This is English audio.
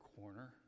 corner